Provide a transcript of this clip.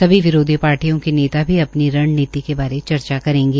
सभी विरोधी पार्टियों के नेता भी अपनी रणनीति के बारे चर्चा करेंगे